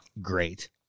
great